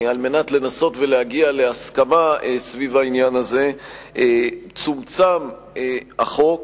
על מנת לנסות ולהגיע להסכמה סביב העניין הזה צומצם החוק